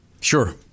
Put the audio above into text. Sure